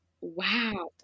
Wow